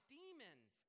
demons